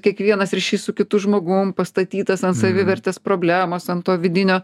kiekvienas ryšys su kitu žmogum pastatytas ant savivertės problemos ant to vidinio